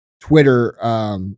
Twitter